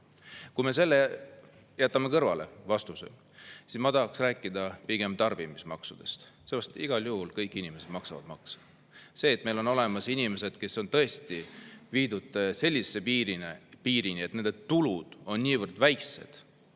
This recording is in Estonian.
jätame selle vastuse kõrvale, siis ma tahaks rääkida pigem tarbimismaksudest, sest igal juhul kõik inimesed maksavad makse. See, et meil on olemas inimesed, kes on tõesti viidud selle piirini, et nende tulud on niivõrd väiksed,